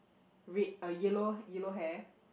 red a yellow yellow hair